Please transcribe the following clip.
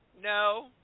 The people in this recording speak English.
no